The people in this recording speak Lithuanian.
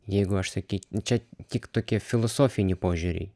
jeigu aš saky čia tik tokie filosofiniai požiūriai